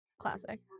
classic